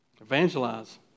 Evangelize